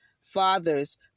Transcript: Fathers